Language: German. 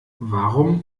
warum